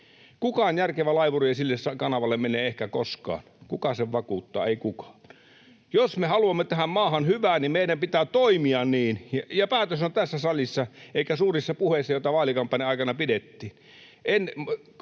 Kukaan järkevä laivuri ei sille kanavalle mene ehkä koskaan. Kuka sen vakuuttaa? Ei kukaan. Jos me haluamme tähän maahan hyvää, niin meidän pitää toimia niin, ja päätös on tässä salissa, eikä suurissa puheissa, joita vaalikampanjan aikana pidettiin.